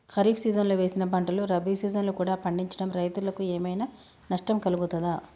ఖరీఫ్ సీజన్లో వేసిన పంటలు రబీ సీజన్లో కూడా పండించడం రైతులకు ఏమైనా నష్టం కలుగుతదా?